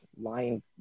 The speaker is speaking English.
lying